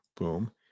boom